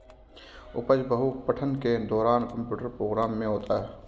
उपज बहु पठन के दौरान कंप्यूटर प्रोग्राम में होता है